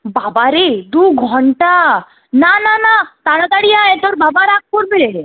বাবা রে দুঘণ্টা না না না তাড়াতাড়ি আয় তোর বাবা রাগ করবে